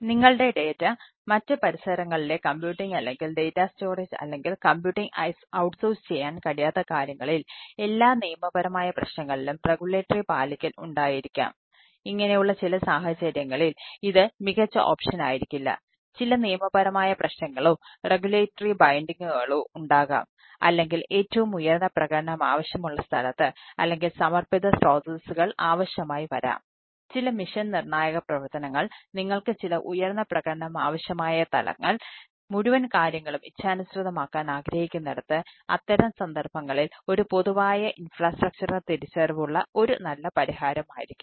നിങ്ങളുടെ ഡാറ്റ തിരിച്ചറിവുള്ള ഒരു നല്ല പരിഹാരമായിരിക്കില്ല